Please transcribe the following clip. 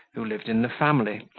who lived in the family,